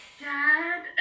Dad